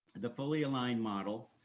the fully aligned model,